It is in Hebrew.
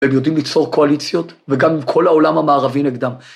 ‫והם יודעים ליצור קואליציות, ‫וגם עם כל העולם המערבי נגדם.